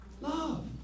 love